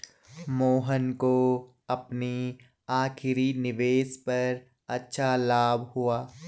मोहन को अपनी आखिरी निवेश पर अच्छा लाभ हुआ